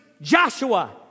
Joshua